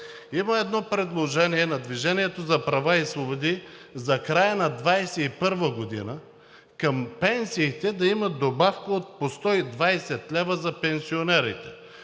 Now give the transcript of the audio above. Има едно предложение на „Движение за права и свободи“ за края на 2021 г., към пенсиите да има добавка от по 120 лв. – за пенсионерите.